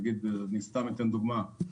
אני סתם אתן דוגמה,